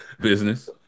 business